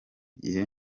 gihe